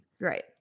Right